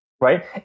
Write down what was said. right